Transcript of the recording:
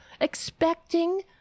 expecting